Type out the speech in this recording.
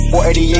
488